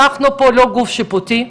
אנחנו פה לא גוף שיפוטי,